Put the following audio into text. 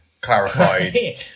clarified